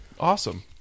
awesome